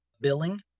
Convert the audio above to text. billing